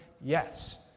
Yes